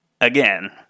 again